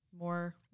more